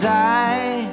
die